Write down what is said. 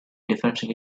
differential